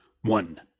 one